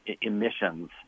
emissions